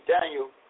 Daniel